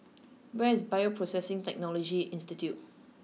where is Bioprocessing Technology Institute